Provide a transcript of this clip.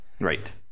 Right